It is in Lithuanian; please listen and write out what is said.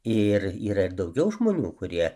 ir yra ir daugiau žmonių kurie